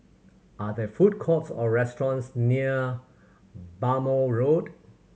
are there food courts or restaurants near Bhamo Road